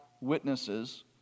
witnesses